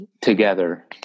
together